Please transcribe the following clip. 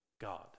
god